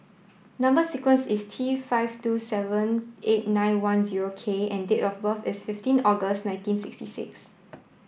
number sequence is T five two seven eight nine one zero K and date of birth is fifteen August nineteen sixty six